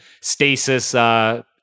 stasis